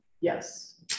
yes